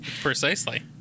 Precisely